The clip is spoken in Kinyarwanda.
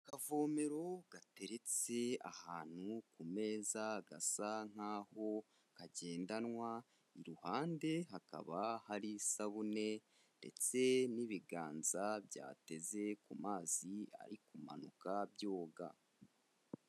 Akavomero gateretse ahantu ku meza gasa nk'aho kagendanwa, iruhande hakaba hari isabune ndetse n'ibiganza byateze ku mazi ari kumanuka byoga.